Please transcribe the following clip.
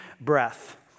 breath